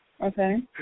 Okay